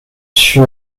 fut